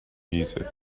music